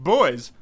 Boys